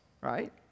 right